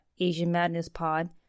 AsianMadnessPod